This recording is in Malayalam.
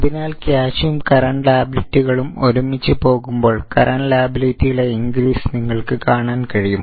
അതിനാൽ ക്യാഷും കറന്റ് ലാബിലിറ്റികളും ഒരുമിച്ച് പോകുമ്പോൾ കറന്റ് ലാബിലിറ്റിയിലെ ഇൻക്രീസ് നിങ്ങൾക്ക് കാണാൻ കഴിയും